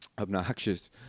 obnoxious